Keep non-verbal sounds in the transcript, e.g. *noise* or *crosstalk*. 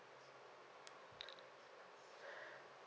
*breath*